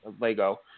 Lego